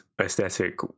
aesthetic